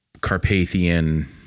Carpathian